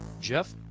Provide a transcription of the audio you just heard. Jeff